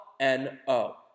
N-O